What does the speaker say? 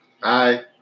Hi